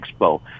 expo